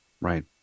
Right